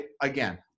again